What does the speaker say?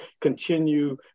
continue